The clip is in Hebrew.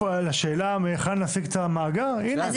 השאלה מהיכן להשיג את המאגר, הנה קיבלת.